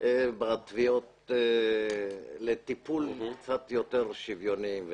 בתביעות לטיפול קצת יותר שוויוני.